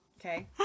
Okay